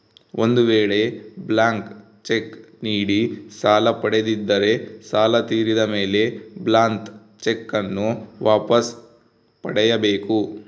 ಒಂದು ವೇಳೆ blank cheque ನೀಡಿ ಸಾಲ ಪಡೆದಿದ್ದರೆ ಸಾಲ ತೀರಿದ ಮೇಲೆ ಬ್ಲಾಂತ್ ಚೆಕ್ ನ್ನು ವಾಪಸ್ ಪಡೆಯ ಬೇಕು